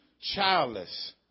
childless